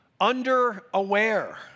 under-aware